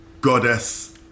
goddess